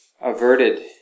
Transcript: averted